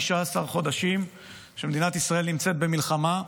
15 חודשים שמדינת ישראל נמצאת במלחמה,